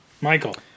Michael